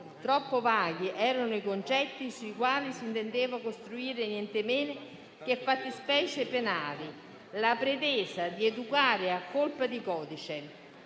troppo vaghi erano i concetti sui quali si intendeva costruire niente meno che fattispecie penali, con la pretesa di educare a colpi di codice.